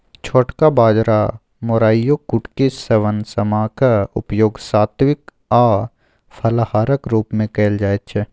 छोटका बाजरा मोराइयो कुटकी शवन समा क उपयोग सात्विक आ फलाहारक रूप मे कैल जाइत छै